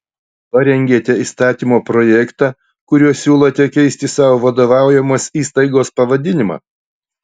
parengėte įstatymo projektą kuriuo siūlote keisti savo vadovaujamos įstaigos pavadinimą